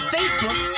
Facebook